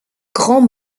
grands